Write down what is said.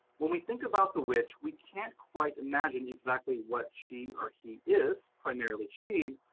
when we think about the witch, we can't quite imagine exactly what she or he is, primarily she,